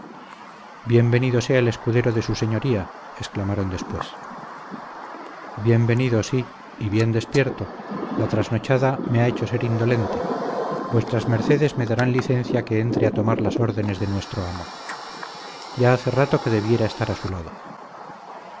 venido sea el escudero de su señoría exclamaron después bien venido sí y bien despierto la trasnochada me ha hecho ser indolente vuestras mercedes me darán licencia que entre a tomar las órdenes de nuestro amo ya hace rato que debiera estar a su lado